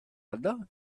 other